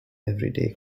everyday